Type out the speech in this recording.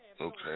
Okay